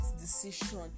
decision